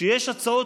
עליון,